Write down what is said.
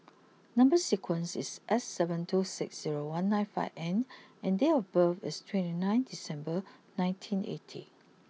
number sequence is S seven two six zero one nine five N and date of birth is twenty nine December nineteen eighty